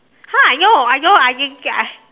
how I know I don't I can I